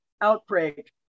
outbreak